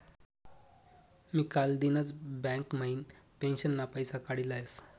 मी कालदिनच बँक म्हाइन पेंशनना पैसा काडी लयस